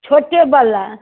छोटेवला